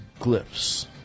glyphs